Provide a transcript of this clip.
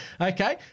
Okay